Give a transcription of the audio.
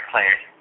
Players